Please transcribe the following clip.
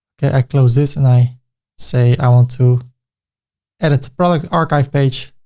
okay. i close this and i say, i want to edit the product archive page.